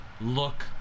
look